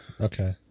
Okay